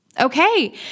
Okay